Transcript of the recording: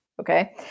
okay